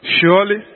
Surely